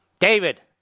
David